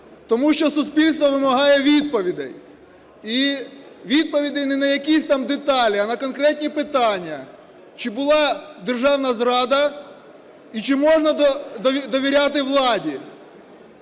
Тому що суспільство вимагає відповідей і відповідей не на якісь там деталі, а на конкретні питання: чи була державна зрада і чи можна довіряти владі.